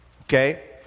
Okay